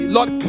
Lord